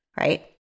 right